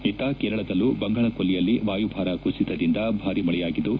ಇತ್ತ ಕೇರಳದಲ್ಲೂ ಬಂಗಾಳಕೊಲ್ಲಿಯಲ್ಲಿ ವಾಯಭಾರ ಕುಸಿತದಿಂದ ಭಾರೀ ಮಳೆಯಾಗಿದ್ದು